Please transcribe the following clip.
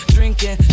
Drinking